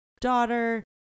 daughter